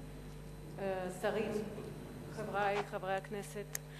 שרים, חברי חברי הכנסת,